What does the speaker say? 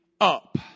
up